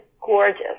gorgeous